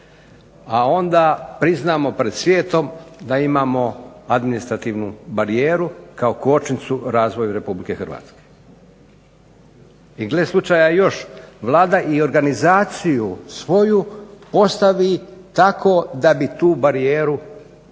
a onda priznamo pred svijetom da imamo administrativnu barijeru, kao kočnicu razvoju Republike Hrvatske. I gle slučaja još Vlada i organizaciju svoju postavi tako da bi tu barijeru